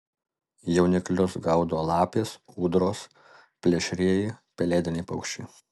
jauniklius gaudo lapės ūdros plėšrieji pelėdiniai paukščiai